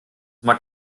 mag